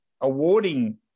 awarding